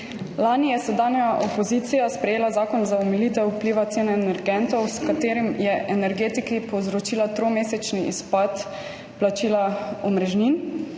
Lani je sedanja opozicija sprejela zakon za omilitev vpliva cen energentov, s katerim je energetiki povzročila trimesečni izpad plačila omrežnin,